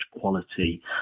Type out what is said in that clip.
quality